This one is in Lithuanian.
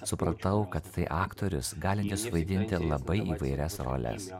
supratau kad tai aktorius galintis suvaidinti labai įvairias roles